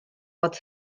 fod